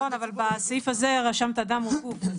נכון, אבל בסעיף הזה רשמת "אדם וגוף".